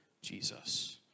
Jesus